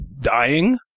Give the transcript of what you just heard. dying